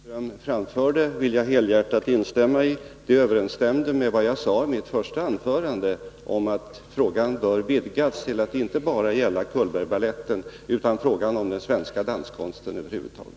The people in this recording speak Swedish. Herr talman! Det senaste som Jan-Erik Wikström framförde vill jag helhjärtat instämma i. Det överensstämde med vad jag sade i mitt första anförande om att frågan bör vidgas till att inte bara gälla Cullbergbaletten utan den svenska danskonsten över huvud taget.